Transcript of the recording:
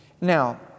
Now